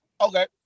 okay